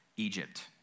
Egypt